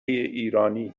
ایرانی